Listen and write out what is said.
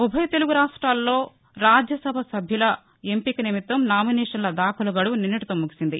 ఉభయ తెలుగు రాష్ట్రాల్లో రాజ్యసభ సభ్యుల ఎంపిక నిమిత్తం నామినేషన్ల దాఖలు గడువు నిన్నటితో ముగిసింది